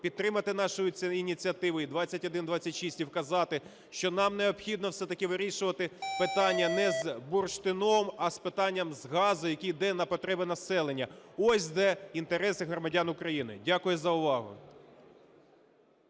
підтримати нашу ініціативу і 2126. І вказали, що нам необхідно все-таки вирішувати питання не з бурштином, а з питанням газу, який іде на потреби населенню. Ось де інтереси громадян України. Дякую за увагу.